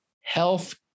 health